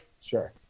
Sure